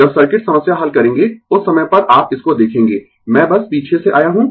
जब सर्किट समस्या हल करेंगें उस समय पर आप इस को देखेंगें मैं बस पीछे से आया हूँ